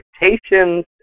expectations